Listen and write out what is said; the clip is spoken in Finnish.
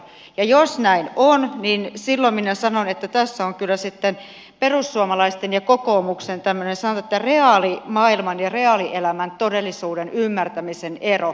jos näin on niin silloin minä sanon että tässä on kyllä sitten perussuomalaisten ja kokoomuksen sanotaan reaalimaailman ja reaalielämän todellisuuden ymmärtämisen ero